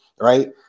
right